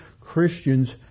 Christians